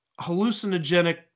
hallucinogenic